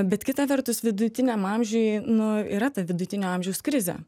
bet kita vertus vidutiniam amžiuj nu yra ta vidutinio amžiaus krizė